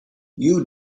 you